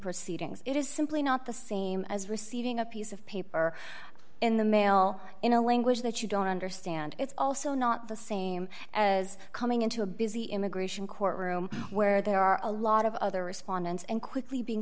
proceedings it is simply not the same as receiving a piece of paper in the mail in a language that you don't understand it's also not the same as coming into a busy immigration court room where there are a lot of other respondents and quickly being